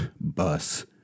bus